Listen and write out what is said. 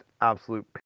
absolute